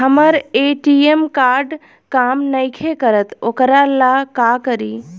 हमर ATM card काम नईखे करत वोकरा ला का करी?